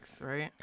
right